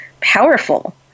powerful